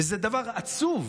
וזה דבר עצוב.